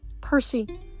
Percy